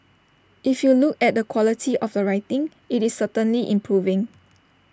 if you look at the quality of the writing IT is certainly improving